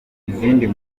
nkuru